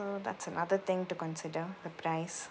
that's another thing to consider the price